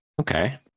Okay